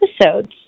episodes